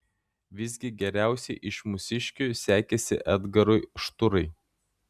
visgi geriausiai iš mūsiškių sekėsi edgarui šturai